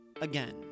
again